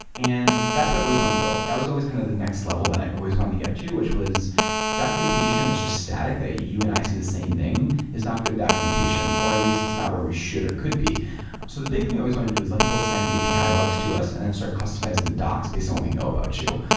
and that's what i've always wanted to build. that was always kind of the next level that i always wanted to get to, which was documentation that's just static that you and i see the same thing is not good documentation, or at least it's not where we should or could be. so the big thing we always wanted to do is let people send api logs to us and then start customizing the docs based on what we know about you.